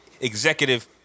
executive